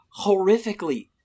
horrifically